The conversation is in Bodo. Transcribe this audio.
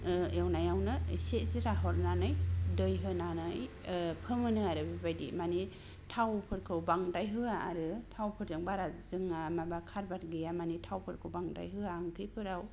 एवनायावनो एसे जिरा हरनानै दै होनानै फोमोनो आरो बे बायदि मानि थाव फोरखौ बांद्राय होआ आरो थावफोरजों बारा जोंहा माबा खारबार गैया मानि थावफोरखौ बांद्राय होआ ओंख्रिफोराव